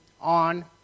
on